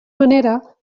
manera